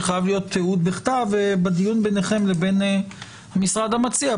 שחייב להיות תיעוד בכתב בדיון ביניכם לבין המשרד המציע.